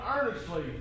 earnestly